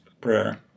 prayer